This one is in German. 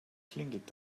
klingelt